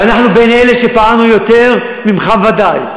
ואנחנו אלה שפעלנו יותר ממך בוודאי.